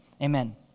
amen